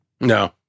No